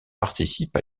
participe